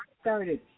started